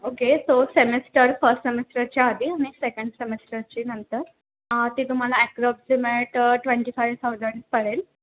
okay so semester first सेमिस्टरच्या आधी आणि सेकंड सेमिस्टरची नंतर ती तुम्हाला ॲप्रॉक्सिमेट ट्वेंटी फाईव्ह थाऊजण्ड पडेल